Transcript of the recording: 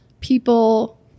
people